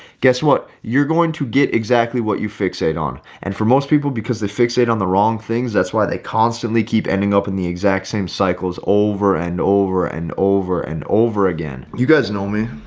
guess what, you're going to get exactly what you fixate on. and for most people, because they fixate on the wrong things, that's why they constantly keep ending up in the exact same cycles over and over and over and over again, you guys know me,